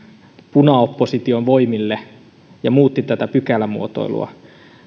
punaopposition voimille ja muutti tätä pykälämuotoilua